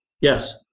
Yes